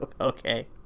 Okay